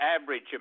average